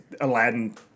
Aladdin